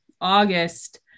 August